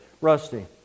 Rusty